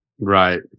Right